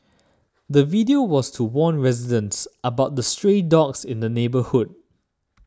the video was to warn residents about the stray dogs in the neighbourhood